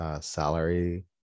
salary